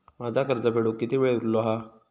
माझा कर्ज फेडुक किती वेळ उरलो हा?